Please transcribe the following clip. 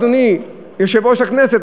אדוני יושב-ראש הכנסת,